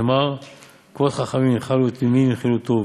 שנאמר 'כבוד חכמים ינחלו ותמימים ינחלו טוב'.